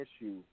issue